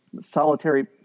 solitary